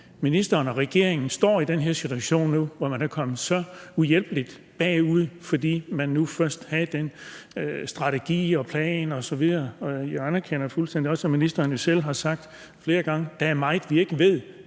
ministeren og regeringen står i den her situation nu, hvor man er kommet så uhjælpeligt bagud på grund af den strategi og plan osv., man først havde? Jeg anerkender fuldstændig, at ministeren selv har sagt flere gange, at der er meget, man ikke ved,